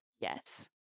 yes